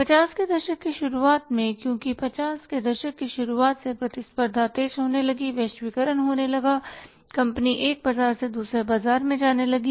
50 के दशक की शुरुआत में क्योंकि 50 के दशक की शुरुआत से प्रतिस्पर्धा तेज होने लगी वैश्वीकरण होने लगा कंपनी एक बाजार से दूसरे बाजार में जाने लगी